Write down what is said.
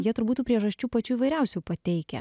jie turbūt priežasčių pačių įvairiausių pateikia